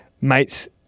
mates